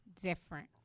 different